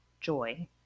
joy